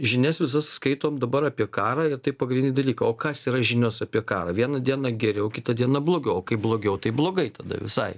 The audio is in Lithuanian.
žinias visus skaitom dabar apie karą ir tai pagrindiniai dalykai o kas yra žinios apie ką vieną dieną geriau kitą dieną blogiau o kai blogiau tai blogai tada visai